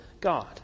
God